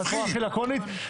בצורה הכי לקונית,